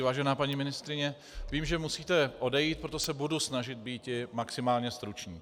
Vážená paní ministryně, vím, že musíte odejít, proto se budu snažit být maximálně stručný.